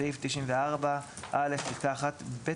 בסעיף קטן (ב), פסקאות (17ג), (24א) ו-(24ב)